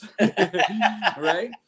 Right